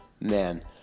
man